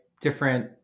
different